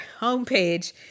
homepage